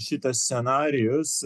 šitas scenarijus